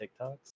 TikToks